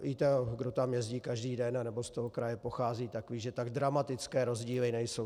Víte, kdo tam jezdí každý den nebo z toho kraje pochází, tak ví, že tak dramatické rozdíly nejsou.